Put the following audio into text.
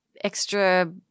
extra